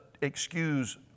excuse